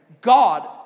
God